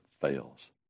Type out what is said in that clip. fails